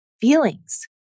feelings